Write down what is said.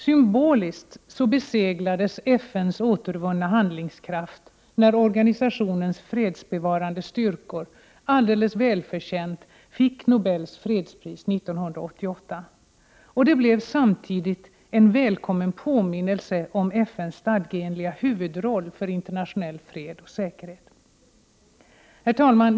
Symboliskt beseglades FN:s återvunna handlingskraft när organisationens fredsbevarande styrkor alldeles välförtjänt fick Nobels fredspris 1988. Detta blev samtidigt en välkommen påminnelse om FN:s stadgeenliga huvudroll för internationell fred och säkerhet. Herr talman!